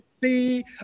See